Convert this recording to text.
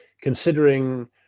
considering